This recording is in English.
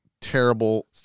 terrible